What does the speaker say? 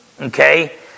okay